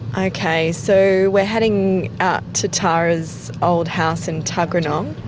okay, so we're heading out to tara's old house in tuggeranong.